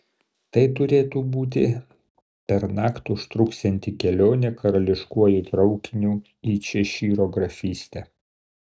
tai turėtų būti pernakt užtruksianti kelionė karališkuoju traukiniu į češyro grafystę